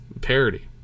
parody